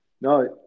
No